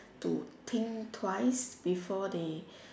to think twice before they